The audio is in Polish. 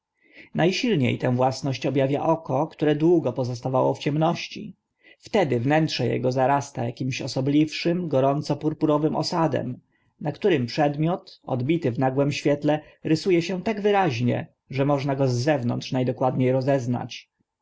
silnie tę własność ob awia oko które długo pozostawało w ciemności wtedy wnętrze ego zarasta akimś osobliwszym gorąco purpurowym osadem na którym przedmiot odbity w nagłym świetle rysu e się tak wyraźnie że można go z zewnątrz na dokładnie rozeznać